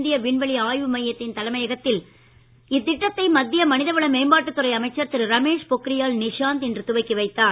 இந்திய விண்வெளி ஆய்வு மையத்தின் தலைமையகத்தில் இத்திட்டத்தை மத்திய மனிதவள மேம்பாட்டுத் துறை அமைச்சர் திரு ரமேஷ் பொக்கிரியால் நிஷாந்த் இன்று துவக்கி வைத்தார்